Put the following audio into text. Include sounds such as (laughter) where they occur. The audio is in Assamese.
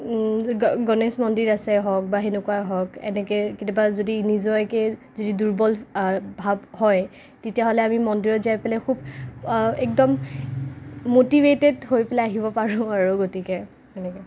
গনেশ মন্দিৰ আছে হওক বা হেনেকুৱা হওক এনেকে যদি কেতিয়াবা (unintelligible) যদি দুৰ্বল ভাব হয় তেতিয়াহ'লে আমি মন্দিৰত যাই পেলাই খুব একদম মটিভেটেড হৈ পেলাই আহিব পাৰোঁ আৰু গতিকে